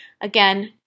Again